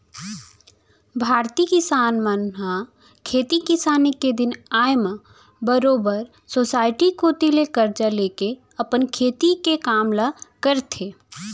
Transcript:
भारतीय किसान मन ह खेती किसानी के दिन आय म बरोबर सोसाइटी कोती ले करजा लेके अपन खेती के काम ल करथे